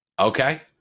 Okay